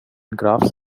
graphs